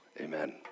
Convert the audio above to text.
Amen